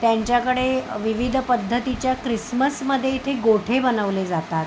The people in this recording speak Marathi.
त्यांच्याकडे विविध पद्धतीच्या क्रिसमसमध्ये इथे गोठे बनवले जातात